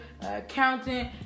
accountant